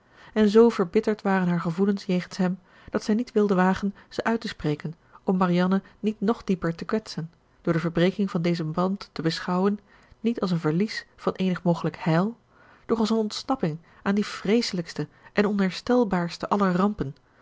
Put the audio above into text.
en zoo verbitterd waren haar gevoelens jegens hem dat zij niet wilde wagen ze uit te spreken om marianne niet nog dieper te kwetsen door de verbreking van dezen band te beschouwen niet als een verlies van eenig mogelijk heil doch als een ontsnapping aan die vreeselijkste en onherstelbaarste aller rampen